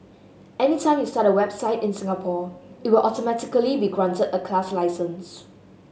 anytime you start a website in Singapore it will automatically be granted a class license